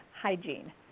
hygiene